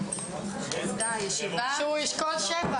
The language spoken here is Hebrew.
ננעלה בשעה